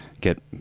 get